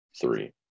three